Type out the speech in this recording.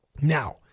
Now